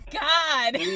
God